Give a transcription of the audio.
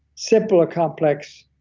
simple or complex,